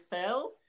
Phil